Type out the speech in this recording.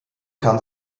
kam